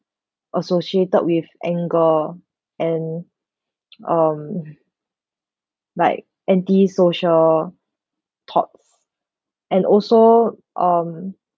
associated with anger and um like anti-social thoughts and also um